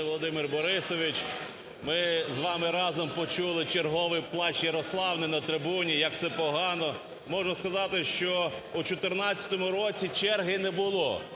Володимире Борисовичу, ми з вами разом почули черговий "Плач Ярославни" на трибуні, як все погано. Можу сказати, що в 14-му році черги не було